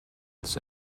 its